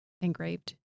engraved